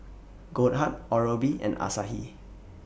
Goldheart Oral B and Asahi